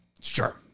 sure